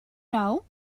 know